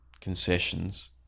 concessions